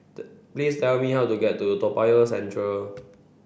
please tell me how to get to Toa Payoh Central